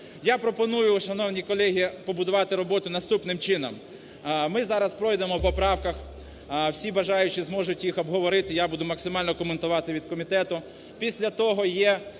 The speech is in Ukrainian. Я пропоную, шановні колеги, побудувати роботу наступним чином. Ми зараз пройдемо по поправках. Всі бажаючі зможуть їх обговорити, я буду максимально коментувати від комітету. Після того є